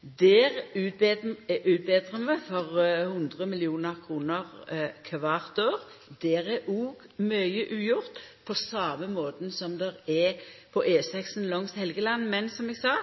er òg mykje ugjort, på same måten som det er på E6 langs Helgeland. Men som eg sa,